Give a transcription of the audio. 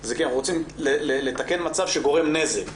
היא כי אנחנו רוצים לתקן מצב שגורם נזק.